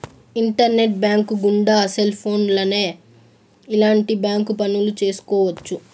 internet bank గుండా cell ఫోన్లోనే ఎలాంటి బ్యాంక్ పనులు చేసుకోవచ్చు